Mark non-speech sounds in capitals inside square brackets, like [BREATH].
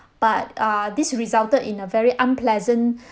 but uh this resulted in a very unpleasant [BREATH]